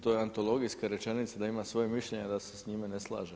To je antologijska rečenica da ima svoje mišljenje, a da se s njime ne slaže.